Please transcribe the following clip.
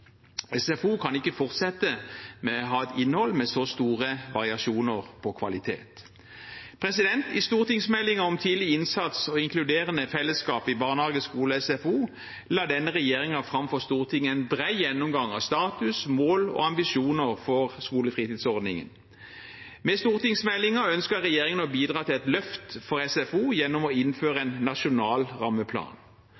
SFO kan ikke fortsette å ha et innhold med så store variasjoner i kvalitet. I stortingsmeldingen om tidlig innsats og inkluderende fellesskap i barnehage, skole og SFO la denne regjeringen fram for Stortinget en bred gjennomgang av status, mål og ambisjoner for skolefritidsordningen. Med stortingsmeldingen ønsker regjeringen å bidra til et løft for SFO gjennom å innføre